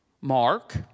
Mark